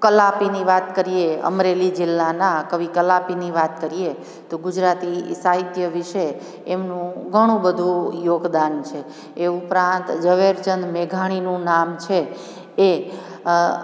કલાપીની વાત કરીએ અમરેલી જીલ્લાના કવિ કલાપીની વાત કરીએ તો ગુજરાતી સાહિત્ય વિશે એમનું ઘણું બધું યોગદાન છે એ ઉપરાંત ઝવેરચંદ મેઘાણીનું નામ છે એ